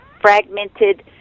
fragmented